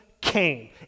came